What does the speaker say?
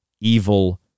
evil